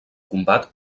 combat